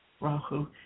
Rahu